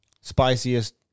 Spiciest